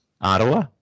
Ottawa